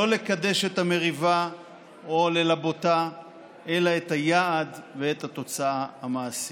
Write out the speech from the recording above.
לא לקדש את המריבה או ללבותה אלא את היעד ואת התוצאה המעשית.